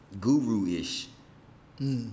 Guru-ish